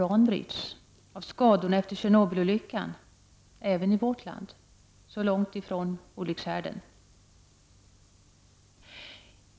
1989/90:118 och av skadorna efter Tjernobylolyckan, även i vårt land som ju ligger 9 maj 1990 mycket långt från olyckshärden.